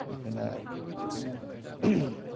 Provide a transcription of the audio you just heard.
बेफोरना